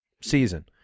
season